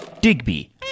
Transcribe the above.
Digby